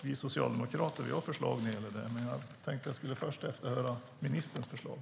Vi socialdemokrater har förslag om detta, men jag tänkte först efterhöra ministerns förslag.